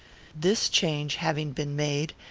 this change having been made,